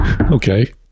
Okay